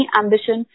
ambition